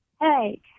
Hey